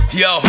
yo